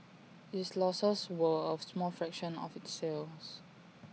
its losses were A small fraction of its sales